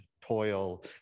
toil